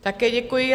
Také děkuji.